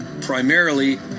Primarily